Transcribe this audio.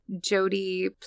Jody